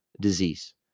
disease